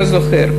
אתה זוכר?